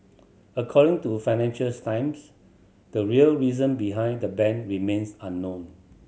according to Financials Times the real reason behind the ban remains unknown